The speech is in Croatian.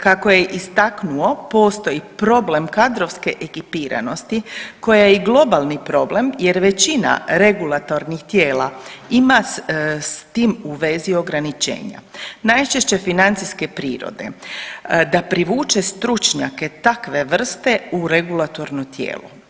Kako je istaknuo postoji problem kadrovske ekipiranosti koji je i globalni problem jer većina regulatornih tijela ima s tim u vezi ograničenja, najčešće financijske prirode da privuče stručnjake takve vrste u regulatorno tijelo.